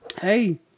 hey